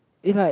is like